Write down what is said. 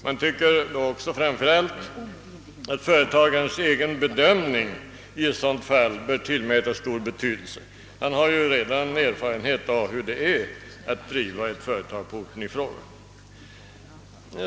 Man tycker då också framför allt att företagarens egen bedömning i ett sådant fall bör tillmätas stor betydelse. Han har ju redan erfarenhet av hur det är att driva ett företag på orten i fråga.